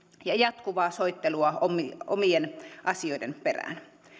ja jatkuvaa soittelua omien omien asioiden perään